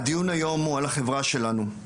הדיון היום הוא על החברה שלנו,